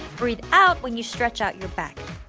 breathe out when you stretch out your back